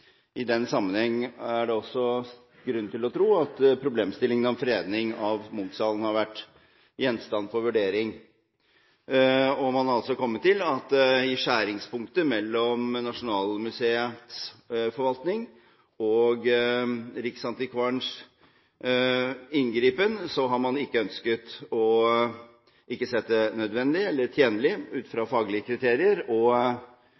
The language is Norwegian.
I den sammenheng er det også grunn til å tro at problemstillingen om fredning av Munch-salen har vært gjenstand for vurdering, og man har altså kommet til at i skjæringspunktet mellom Nasjonalmuseets forvaltning og Riksantikvarens inngripen har man ikke ønsket og ikke sett det nødvendig – eller tjenlig – ut